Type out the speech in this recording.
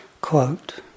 Quote